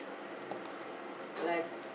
like